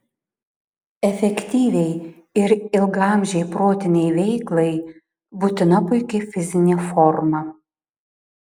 efektyviai ir ilgaamžei protinei veiklai būtina puiki fizinė forma